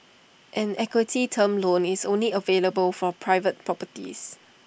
an equity term loan is only available for private properties